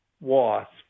wasp